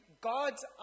God's